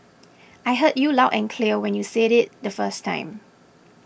I heard you loud and clear when you said it the first time